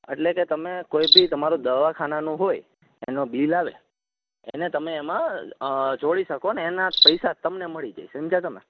અટલે કે તમે કોઈભી તમારું દવાખાનાનું હોય એનો બિલ આવે એને તમે એમાં જોળિ શકોને એના પૈસા તમને મળી જાય સમઝયા તમે